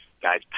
guys